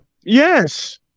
Yes